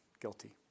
guilty